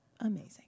amazing